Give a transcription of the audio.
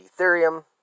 Ethereum